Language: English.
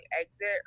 exit